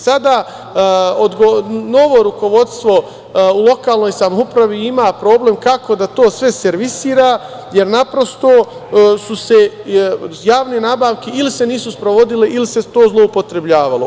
Sada novo rukovodstvo u lokalnoj samoupravi ima problem kako da to sve servisira, jer naprosto, javne nabavke ili se nisu sprovodile ili se to zloupotrebljavalo.